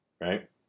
right